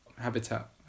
habitat